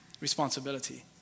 responsibility